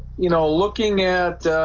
you know looking at